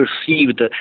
perceived